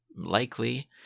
likely